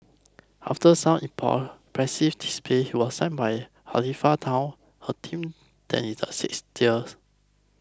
after some pressive display you are signed by Halifax town a team then in the sixth tiers